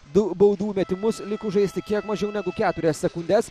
du baudų metimus likus žaisti kiek mažiau negu keturias sekundes